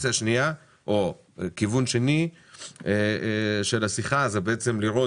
אופציה אחת או כיוון שני של השיחה זה לראות